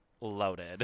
loaded